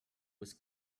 was